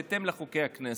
בהתאם לחוקי הכנסת.